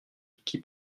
qui